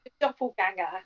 doppelganger